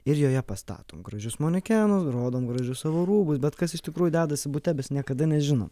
ir joje pastatom gražius manekenus rodom gražius savo rūbus bet kas iš tikrųjų dedasi bute niekada nežinom